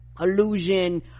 illusion